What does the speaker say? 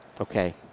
Okay